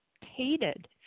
hated